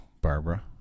Barbara